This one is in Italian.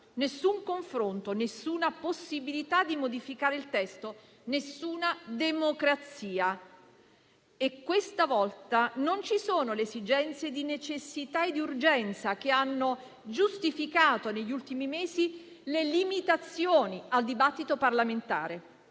nessun confronto, nessuna possibilità di modificare il testo, nessuna democrazia. E questa volta non ci sono le esigenze di necessità e urgenza che hanno giustificato, negli ultimi mesi, le limitazioni al dibattito parlamentare.